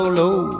low